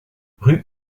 rue